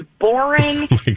boring